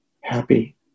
happy